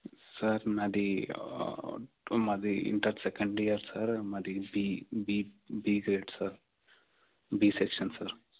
sir నాది మాది inter second year sir మాది B B B grade sir B section sir